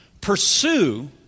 pursue